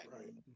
Right